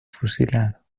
fusilado